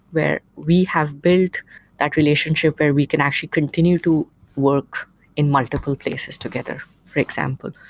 where we have built that relationship where we can actually continue to work in multiple places together, for example,